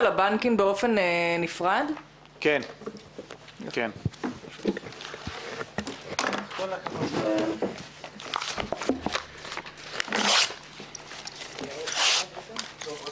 הישיבה ננעלה בשעה 13:35.